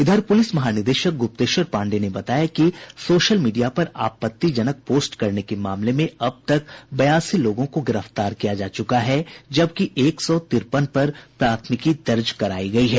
इधर पुलिस महानिदेशक गुप्तेश्वर पांडेय ने बताया कि सोशल मीडिया पर आपत्तिजनक पोस्ट करने के मामले में अब तक बयासी लोगों को गिरफ्तार किया जा चुका है जबकि एक सौ तिरपन पर प्राथमिकी दर्ज करायी गयी है